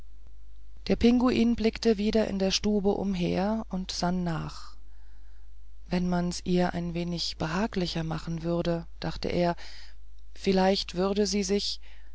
der pinguin blickte wieder in der stube umher und sann nach wenn man's ihr ein wenig behaglicher machen würde hier dachte er vielleicht würde sie sich